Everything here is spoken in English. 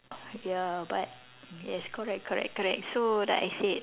ya but yes correct correct correct so like I say